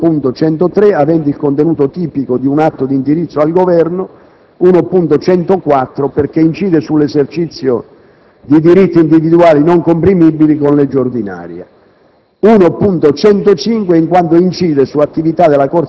Sono inoltre improponibili gli emendamenti 1.103, avente il contenuto tipico di un atto di indirizzo al Governo, 1.104, perché incide sull'esercizio di diritti individuali non comprimibili con legge ordinaria,